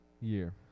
year